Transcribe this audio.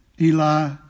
Eli